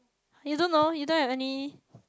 you don't know you didn't any